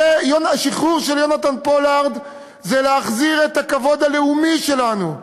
השחרור של יונתן פולארד זה החזרת הכבוד הלאומי שלנו.